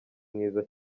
mwiza